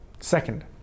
Second